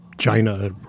China